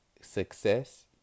success